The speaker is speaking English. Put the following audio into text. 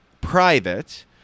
private